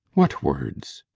what words?